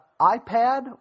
iPad